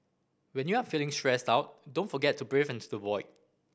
when you are feeling stressed out don't forget to breathe into the void